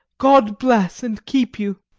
god bless and keep you.